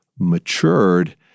matured